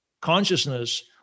consciousness